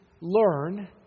learn